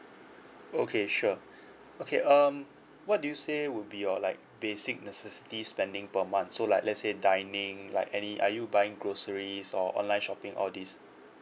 okay sure okay um what do you say would be your like basic necessities spending per month so like let's say dining like any are you buying groceries or online shopping all this